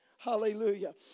Hallelujah